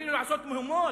שיתחילו לעשות מהומות?